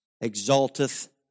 exalteth